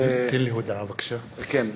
כן,